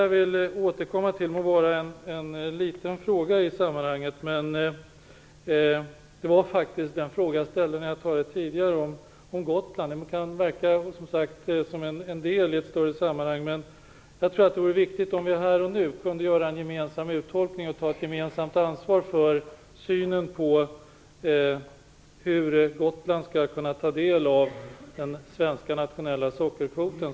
Jag vill vidare återkomma till en liten fråga i sammanhanget. Jag ställde tidigare en fråga om Gotland. Även om det gäller en del i ett större sammanhang, tror jag att det vore viktigt att vi här och nu kunde får en uttolkning av ett gemensamt ansvar för hur Gotland skall kunna ta del av den svenska nationella sockerkvoten.